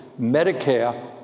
Medicare